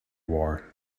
war